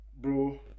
bro